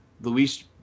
Luis